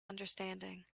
understanding